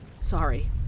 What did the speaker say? Sorry